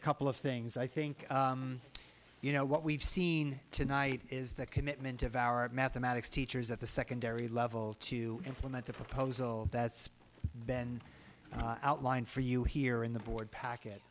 a couple of things i think you know what we've seen tonight is that commitment of our mathematics teachers at the secondary level to implement the proposal that's been outlined for you here in the board packet